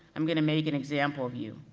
i'm gonna make an example of you,